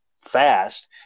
fast